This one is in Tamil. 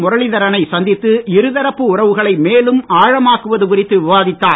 முரளீதர னை சந்தித்து இருதரப்பு உறவுகளை மேலும் ஆழமாக்குவது குறித்து விவாதித்தார்